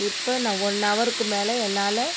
இப்போ நான் ஒன் ஹவருக்கு மேலே என்னால்